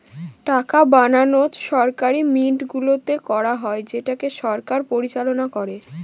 টাকা বানানো সরকারি মিন্টগুলোতে করা হয় যেটাকে সরকার পরিচালনা করে